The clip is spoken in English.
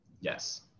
Yes